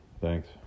Thanks